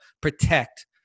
protect